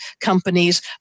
companies